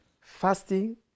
fasting